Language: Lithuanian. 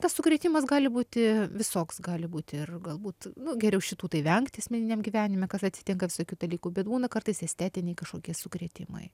tas sukrėtimas gali būti visoks gali būti ir galbūt geriau šitų tai vengt asmeniniam gyvenime kas atsitinka visokių dalykų bet būna kartais estetiniai kažkokie sukrėtimai